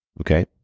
Okay